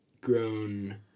grown